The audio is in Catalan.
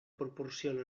proporciona